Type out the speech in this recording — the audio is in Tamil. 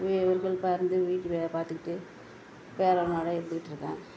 வீ ஒரு ஹெல்ப்பாக இருந்து வீட்டு வேலை பார்த்துக்கிட்டு பேரனோடு இருந்திட்ருக்கேன்